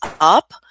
up